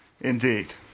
Indeed